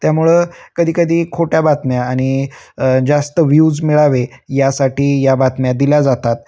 त्यामुळं कधीकधी खोट्या बातम्या आणि जास्त व्ह्यूज मिळावे यासाठी या बातम्या दिल्या जातात